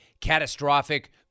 catastrophic